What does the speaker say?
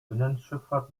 binnenschifffahrt